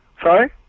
Sorry